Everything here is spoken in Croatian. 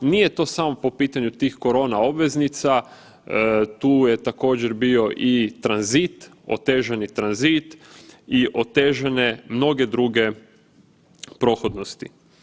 Nije to samo po pitanju tih korona obveznica tu je također bio i tranzit, otežani tranzit i otežane mnoge druge prohodnosti.